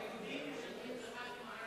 היהודים משלמים לך את המשכורת.